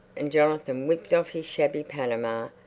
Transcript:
and jonathan whipped off his shabby panama,